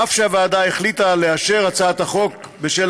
אף שהוועדה החליטה לאשר את הצעת החוק בשל